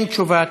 אין תשובת,